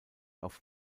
auf